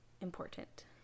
important